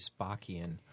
Spockian